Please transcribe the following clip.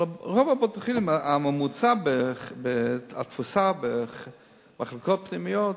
אבל ברוב בתי-החולים התפוסה במחלקות הפנימיות,